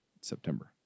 September